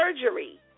surgery